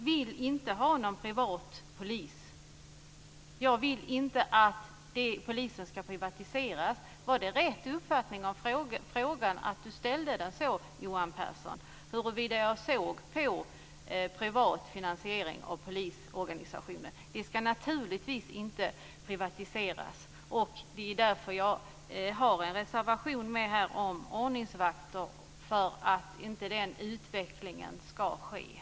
Fru talman! Jag vill inte att polisen ska privatiseras. Är det rätt uppfattat att Johan Pehrson frågade hur jag ser på privat finansiering av polisorganisationen. Den ska naturligtvis inte privatiseras. Anledningen till att jag har en reservation om ordningsvakter är att det inte ska ske en sådan utveckling.